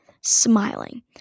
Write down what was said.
smiling